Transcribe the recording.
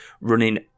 running